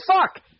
fuck